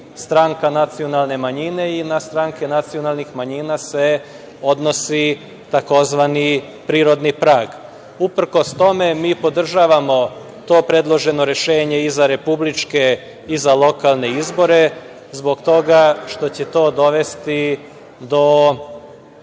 stranka nacionalne manjine i na stranke nacionalnih manjina se odnosi takozvani prirodni prag. Uprkos tome, mi podržavamo to predloženo rešenje i za republičke i za lokalne izbore, zbog toga što će to dovesti do